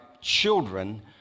children